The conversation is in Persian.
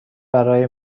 برای